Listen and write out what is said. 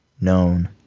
known